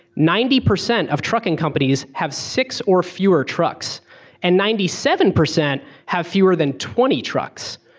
ninety percent of trucking companies have six or fewer trucks and ninety seven percent have fewer than twenty trucks.